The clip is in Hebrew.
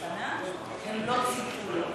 לא ציפו לו.